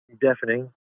deafening